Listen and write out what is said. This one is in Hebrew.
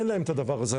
אין להם את הדבר הזה,